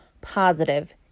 positive